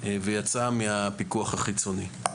ויצאה מהפיקוח החיצוני.